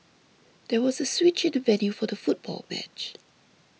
there was a switch in the venue for the football match